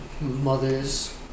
mothers